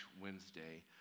Wednesday